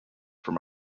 from